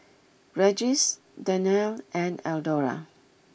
Regis Danelle and Eldora